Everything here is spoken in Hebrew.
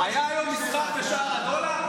היה היום מסחר בשער הדולר?